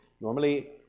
Normally